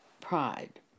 pride